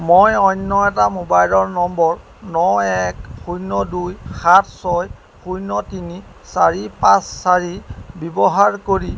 মই অন্য এটা মোবাইলৰ নম্বৰ ন এক শূন্য দুই সাত ছয় শূন্য তিনি চাৰি পাঁচ চাৰি ব্যৱহাৰ কৰি